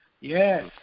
Yes